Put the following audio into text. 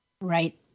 Right